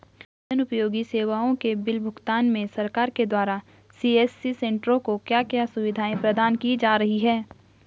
जन उपयोगी सेवाओं के बिल भुगतान में सरकार के द्वारा सी.एस.सी सेंट्रो को क्या क्या सुविधाएं प्रदान की जा रही हैं?